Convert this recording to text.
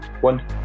One